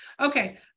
Okay